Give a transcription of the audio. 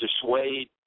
dissuade